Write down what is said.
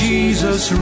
Jesus